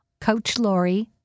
CoachLaurie